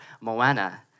Moana